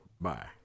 bye